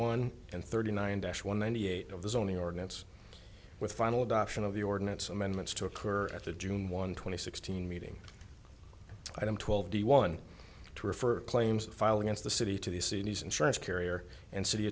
one and thirty nine dash one ninety eight of the zoning ordinance with final adoption of the ordinance amendments to occur at the june one twenty sixteen meeting item twelve the one to refer claims filed against the city to the city's insurance carrier and city